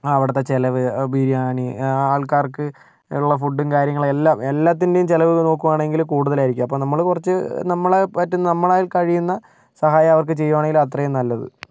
അവിടത്തെ ചിലവ് ബിരിയാണി ആൾക്കാർക്കുള്ള ഫുഡും കാര്യങ്ങളും എല്ലാം എല്ലാത്തിൻ്റെയും ചിലവ് നോക്കുവാണങ്കില് കൂടുതലായിരിക്കും നമ്മൾ കുറച്ച് നമ്മളെപറ്റുന്ന നമ്മളാൽ കഴിയുന്ന സഹായം അവർക്ക് ചെയ്യുവാണങ്കില് അത്രയും നല്ലത്